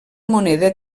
moneda